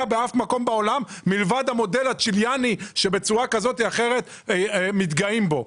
באף מקום בעולם מלבד המודל הצ'יליאני שבצורה כזאת ואחרת מתגאים בו.